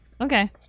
Okay